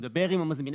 הוא מדבר עם המזמין.